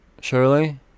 surely